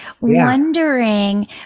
Wondering